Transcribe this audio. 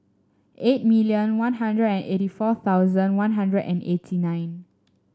eight million One Hundred and eighty four thousand One Hundred and eighty nine